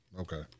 Okay